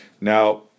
Now